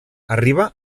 arriba